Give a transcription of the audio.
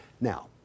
Now